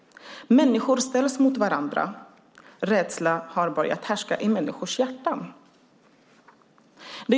Människor ställs mot varandra. Rädsla har börjat härska i människors hjärtan.